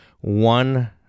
one